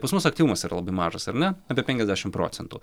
pas mus aktyvumas yra labai mažas ar ne apie penkiasdešim procentų